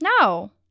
No